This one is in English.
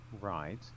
right